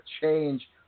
change